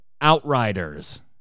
Outriders